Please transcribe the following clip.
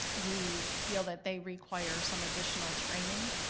we feel that they require some additional training.